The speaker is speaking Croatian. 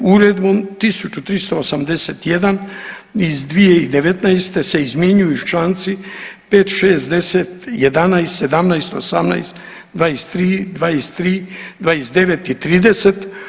Uredbom 1381 iz 2019. se izmjenjuju Članci 5., 6., 10. 11., 17., 18., 23., 23., 29. i 30.